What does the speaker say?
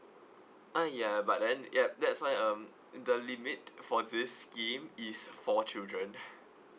uh ya but then yup that's why um the limit for this scheme is four children